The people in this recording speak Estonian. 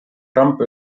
trump